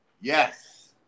Yes